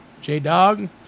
J-Dog